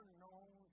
known